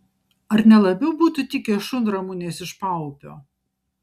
ar ne labiau būtų tikę šunramunės iš paupio